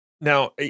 Now